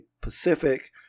Pacific